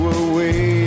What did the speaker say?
away